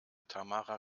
tamara